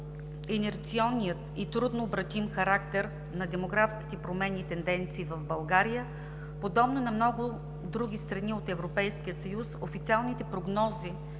инерционния и трудно обратим характер на демографските промени и тенденции в България, подобно на много други страни от Европейския съюз, официалните прогнози